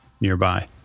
nearby